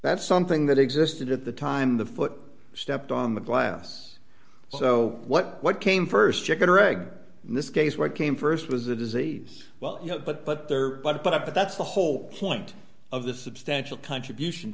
that's something that existed at the time the foot stepped on the glass so what what came st chicken or egg in this case what came st was the disease well you know but but there but but but that's the whole point of the substantial contribution